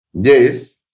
Yes